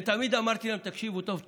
ותמיד אמרתי להם: תקשיבו טוב טוב: